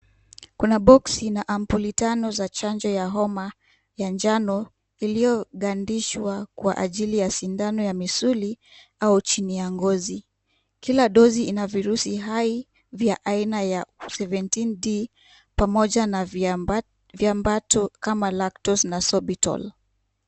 Kuna boksi na ampuli tano za chanjo ya homa, ya njano iliyogandishwa kwa ajili ya sindano ya misuli au chini ya ngozi. Kila dosi ina virusi hai vya aina ya 17-D pamoja na viambato kama lactose na sorbitol .